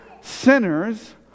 sinners